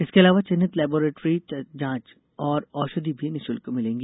इसके अलावा चिन्हित लेबोरेटरी जाँच और औषधि भी निःशुल्क मिलेंगी